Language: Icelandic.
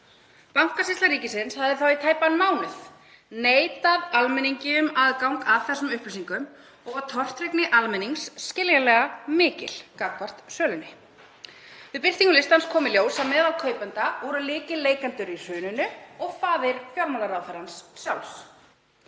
Bankasýsla ríkisins hafði þá í tæpan mánuð neitað almenningi um aðgang að þessum upplýsingum og tortryggni almennings var, skiljanlega, mikil gagnvart sölunni. Við birtingu listans kom í ljós að meðal kaupenda úr lykilleikendur í hruninu og faðir fjármálaráðherrans sjálfs.